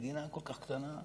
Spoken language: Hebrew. מדינה כל כך קטנה,